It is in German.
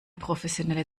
professionelle